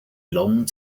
long